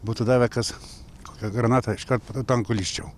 būtų davę kas kokią granatą iškart po tuo tanku lįsčiau